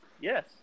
Yes